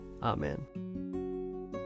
Amen